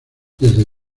desde